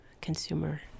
consumer